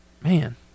man